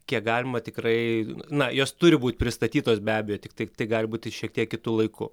kiek galima tikrai na jos turi būt pristatytos be abejo tiktai tai gali būti šiek tiek kitu laiku